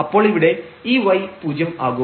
അപ്പോൾ ഇവിടെ ഈ y പൂജ്യം ആകും